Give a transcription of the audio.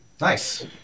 nice